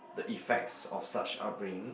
the effects of such upbringing